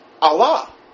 Allah